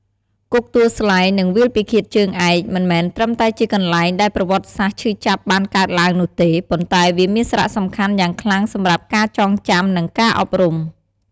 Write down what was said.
គុកទួលស្លែង និងវាលពិឃាតជើងឯក មិនមែនត្រឹមតែជាកន្លែងដែលប្រវត្តិសាស្ត្រឈឺចាប់បានកើតឡើងនោះទេ ប៉ុន្តែវាមានសារៈសំខាន់យ៉ាងខ្លាំងសម្រាប់ការចងចាំ និងការអប់រំ។